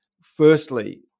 firstly